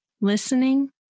listening